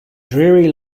dreary